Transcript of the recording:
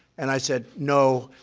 and i said, no.